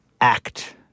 act